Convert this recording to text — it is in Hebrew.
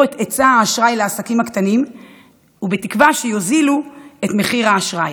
את היצע האשראי לעסקים הקטנים ובתקווה שיוזילו את האשראי.